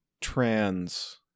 trans